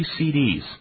CDs